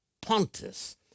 Pontus